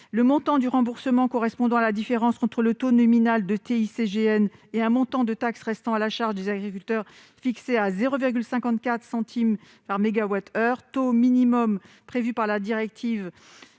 Le montant du remboursement correspond à la différence entre le taux nominal de TICGN et un montant de taxe restant à la charge des agriculteurs, fixé à 0,54 euro par mégawattheure, taux minimum prévu par la directive